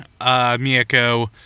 Miyako